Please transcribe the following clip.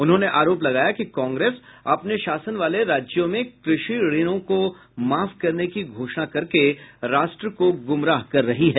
उन्होंने आरोप लगाया कि कांग्रेस अपने शासन वाले राज्यों में कृषि ऋणों को माफ करने की घोषणा करके राष्ट्र को गुमराह कर रही है